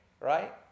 Right